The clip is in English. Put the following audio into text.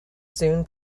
soon